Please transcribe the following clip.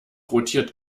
rotiert